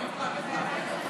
2018, נתקבלה.